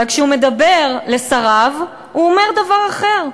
אבל כשהוא מדבר לשריו הוא אומר דבר אחר.